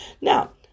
Now